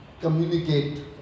communicate